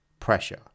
pressure